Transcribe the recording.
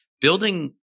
building